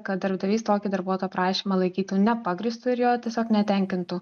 kad darbdavys tokį darbuotojo prašymą laikytų nepagrįstu ir jo tiesiog netenkintų